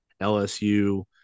LSU